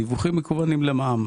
דיווחים מקוונים למע"מ.